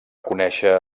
conèixer